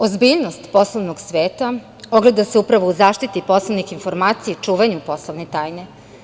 Ozbiljnost poslovnog sveta ogleda se upravo u zaštiti poslovnih informacija i čuvanja poslovne tajne.